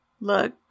look